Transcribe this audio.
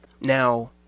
now